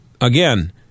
again